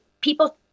people